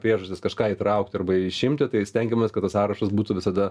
priežastis kažką įtraukti arba išimti tai stengiamės kad tas sąrašas būtų visada